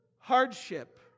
hardship